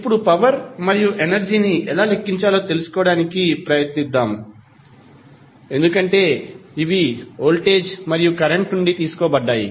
ఇప్పుడు పవర్ మరియు ఎనర్జీ ని ఎలా లెక్కించాలో తెలుసుకోవడానికి ప్రయత్నిద్దాం ఎందుకంటే ఇవి వోల్టేజ్ మరియు కరెంట్ నుండి తీసుకోబడ్డాయి